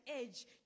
edge